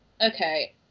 Okay